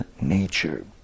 nature